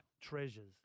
Treasures